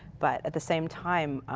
but at the same time,